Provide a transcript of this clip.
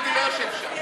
אני לא יושב שם,